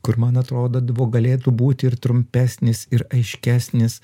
kur man atrodadavo galėtų būt ir trumpesnis ir aiškesnis